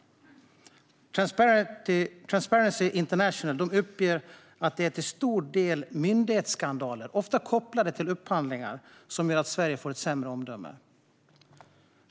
Transparency International uppger att det är till stor del myndighetsskandaler, ofta kopplade till upphandlingar, som gör att Sverige får ett sämre omdöme.